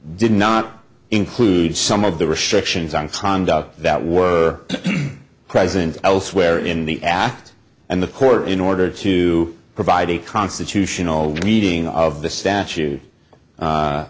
did not include some of the restrictions on conduct that were present elsewhere in the act and the court in order to provide a constitutional reading of the statue